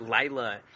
Lila